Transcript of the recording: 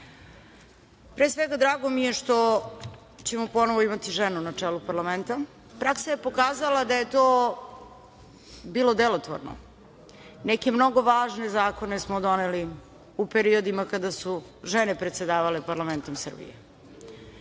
Pre svega, drago mi je što ćemo ponovo imati ženu na čelu parlamenta. Praksa je pokazala da je to bilo delotvorne. Neke mnogo važne zakone smo doneli u periodima kada su žene predsedavale parlamentom Srbije.